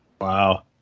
Wow